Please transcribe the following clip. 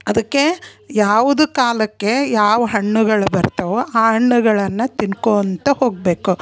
ಅದಕ್ಕೇ ಯಾವುದು ಕಾಲಕ್ಕೆ ಯಾವ ಹಣ್ಣುಗಳು ಬರ್ತವೋ ಆ ಹಣ್ಣುಗಳನ್ನ ತಿನ್ಕೊತ ಹೋಗಬೇಕು